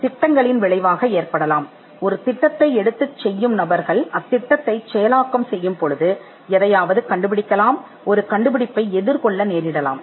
அவை திட்டங்களின் விளைவாக இருக்கலாம் ஒரு திட்டத்தைச் செய்யும் நபர்கள் திட்டத்தைச் செய்வதில் ஏதேனும் இருந்தால் அவர்கள் ஒரு கண்டுபிடிப்பைக் காணலாம்